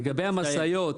לגבי המשאיות,